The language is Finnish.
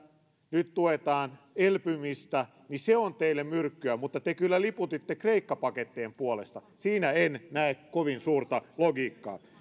nyt tuetaan elpymistä on teille myrkkyä mutta te kyllä liputitte kreikka pakettien puolesta siinä en näe kovin suurta logiikkaa